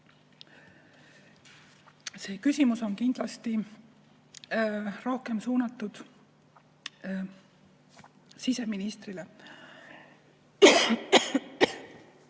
See küsimus on kindlasti rohkem suunatud siseministrile.